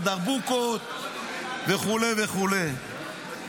הדרבוקות וכו' וכו'.